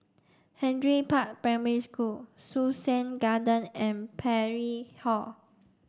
Henry Park Primary School Sussex Garden and Parry Hall